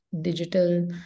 digital